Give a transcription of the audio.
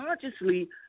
consciously